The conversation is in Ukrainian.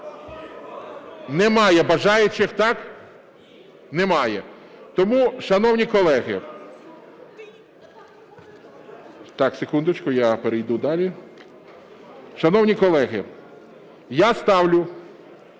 Немає бажаючих, так? Немає. Шановні колеги, я ставлю